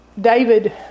David